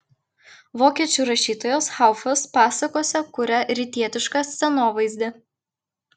vokiečių rašytojas haufas pasakose kuria rytietišką scenovaizdį